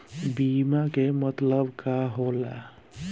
बीमा के मतलब का होला?